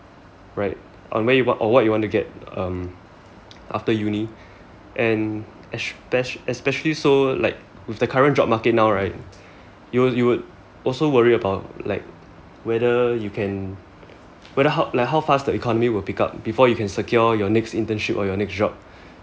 right on way or what you want to get um after uni and es~ especially so like with the current job market now right you would you would also worry about like whether you can whether how like how fast the economy can pick up before you can secure your next internship or your next job